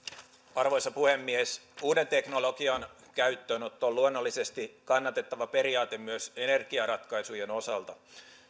arvoisa puhemies uuden teknologian käyttöönotto on luonnollisesti kannatettava periaate myös energiaratkaisujen osalta